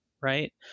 right